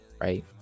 right